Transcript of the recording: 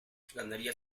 ganaría